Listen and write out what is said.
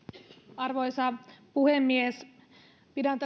arvoisa puhemies pidän